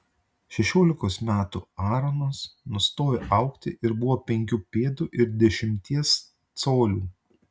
šešiolikos metų aaronas nustojo augti ir buvo penkių pėdų ir dešimties colių